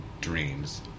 Dreams